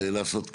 לעשות כאוס,